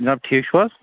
جناب ٹھیٖک چھُو حظ